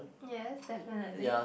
yes definitely